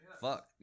Fuck